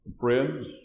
Friends